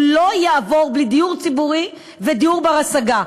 לא יעבור בלי דיור ציבורי ודיור בר-השגה.